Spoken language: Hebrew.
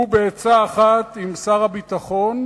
הוא, בעצה אחת עם שר הביטחון,